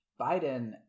Biden